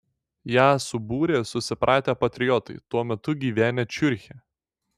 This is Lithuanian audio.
ją subūrė susipratę patriotai tuo metu gyvenę ciuriche